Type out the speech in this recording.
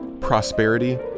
prosperity